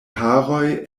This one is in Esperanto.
haroj